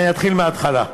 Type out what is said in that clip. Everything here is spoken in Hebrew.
אני אתחיל מההתחלה.